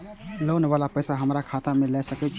Loan वाला पैसा हमरा खाता से लाय सके छीये?